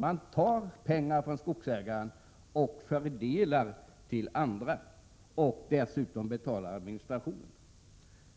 Man tar pengar från skogsägarna och fördelar dessa till andra, och dessutom får skogsägarna betala administrationen.